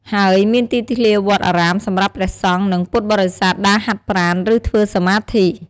ហើយ មានទីធ្លាវត្តអារាមសម្រាប់ព្រះសង្ឃ និងពុទ្ធបរិស័ទដើរហាត់ប្រាណ ឬធ្វើសមាធិ។